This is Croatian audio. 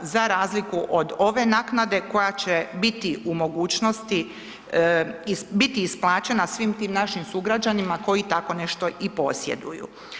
Za razliku od ove naknade koja će biti u mogućnosti, biti isplaćena svim tim našim sugrađanima koji tako nešto i posjeduju.